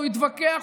הוא יתווכח,